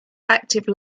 active